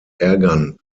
ärgern